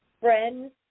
friends